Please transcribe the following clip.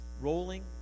rolling